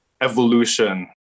evolution